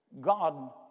God